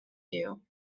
you